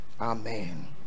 amen